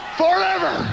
forever